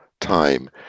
time